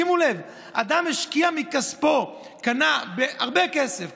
שימו לב: אדם השקיע מכספו, קנה קרקע בהרבה כסף,